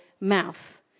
mouth